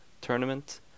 tournament